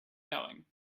knowing